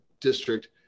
district